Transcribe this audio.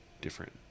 different